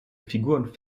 figuren